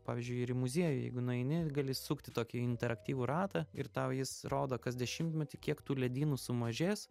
pavyzdžiui ir į muziejų jeigu nueini gali sukti tokį interaktyvų ratą ir tau jis rodo kas dešimtmetį kiek tų ledynų sumažės